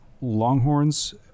Longhorns